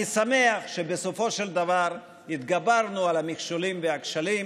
אני שמח שבסופו של דבר התגברנו על המכשולים והכשלים